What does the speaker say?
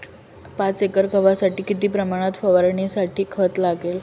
पाच एकर गव्हासाठी किती प्रमाणात फवारणीसाठी खत लागेल?